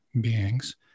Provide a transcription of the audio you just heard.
beings